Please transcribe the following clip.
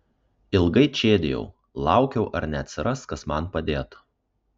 ilgai čėdijau laukiau ar neatsiras kas man padėtų